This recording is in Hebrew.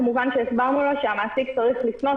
כמובן שהסברנו לה שהמעסיק צריך לפנות